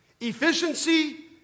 efficiency